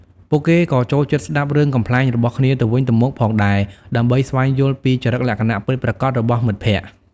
ពួកគេក៏ចូលចិត្តស្តាប់រឿងកំប្លែងរបស់គ្នាទៅវិញទៅមកផងដែរ ដើម្បីស្វែងយល់ពីចរិតលក្ខណៈពិតប្រាកដរបស់មិត្តភក្តិ។